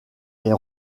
est